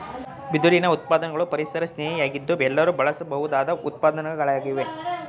ಬಿದಿರಿನ ಉತ್ಪನ್ನಗಳು ಪರಿಸರಸ್ನೇಹಿ ಯಾಗಿದ್ದು ಎಲ್ಲರೂ ಬಳಸಬಹುದಾದ ಉತ್ಪನ್ನಗಳಾಗಿವೆ